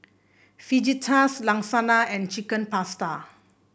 Fajitas Lasagna and Chicken Pasta